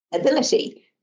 ability